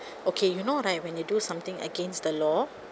okay you know right when they do something against the law